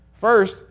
First